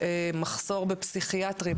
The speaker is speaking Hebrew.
מחסור בפסיכיאטרים,